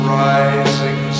rising